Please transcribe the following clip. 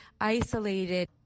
isolated